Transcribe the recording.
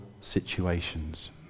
situations